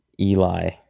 Eli